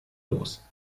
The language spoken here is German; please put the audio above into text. los